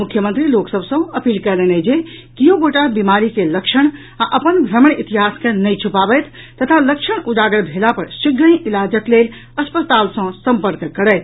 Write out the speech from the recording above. मुख्यमंत्री लोक सभ सँ अपील कयलनि अछि जे कियो गोटा बीमारी के लक्षण आ अपन भ्रमण इतिहास के नहि छुपाबथि तथा लक्षण उजागर भेला पर शीघ्रहि इलाजक लेल अस्पताल सँ संपर्क करथि